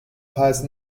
first